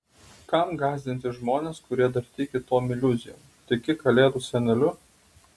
kam gąsdinti žmones kurie dar tiki tom iliuzijom tiki kalėdų seneliu